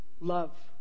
Love